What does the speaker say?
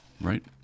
right